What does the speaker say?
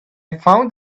found